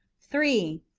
three.